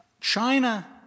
China